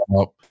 up